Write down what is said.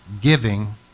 giving